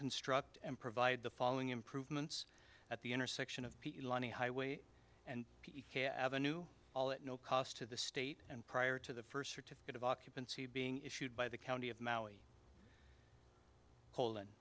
construct and provide the following improvements at the intersection of a highway and avenue at no cost to the state and prior to the first certificate of occupancy being issued by the county of maui col